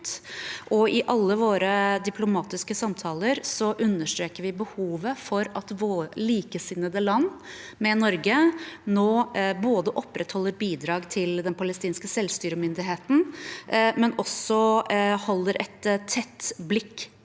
i alle våre diplomatiske samtaler understreker vi behovet for at likesinnede land med Norge nå både opprettholder bidrag til den palestinske selvstyremyndigheten og også holder et tett blikk på